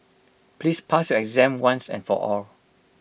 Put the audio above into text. please pass your exam once and for all